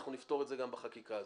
אנחנו נפתור את זה גם בחקיקה הזו.